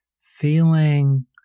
feeling